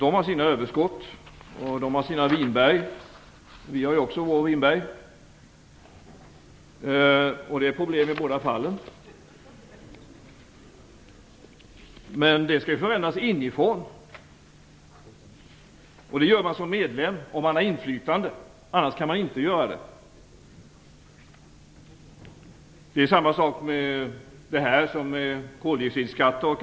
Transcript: EU har sina överskott och sina vinberg - liksom vi har vår Winberg, och det är problem i båda fallen - men förhållandena skall förändras inifrån. Det kan man medverka till som medlem, om man har inflytande. Annars kan man inte göra det. Det är samma sak med det här som bl.a. med koldioxidskatterna.